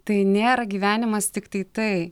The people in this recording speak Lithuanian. tai nėra gyvenimas tiktai tai